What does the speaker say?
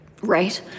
Right